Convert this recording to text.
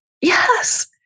Yes